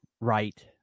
right